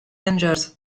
angels